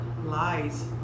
Lies